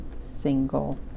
single